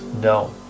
No